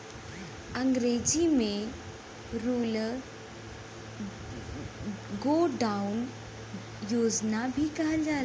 अंग्रेजी में rural godown योजना भी कहल जाला